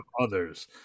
others